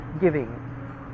giving